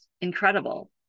incredible